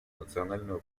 национального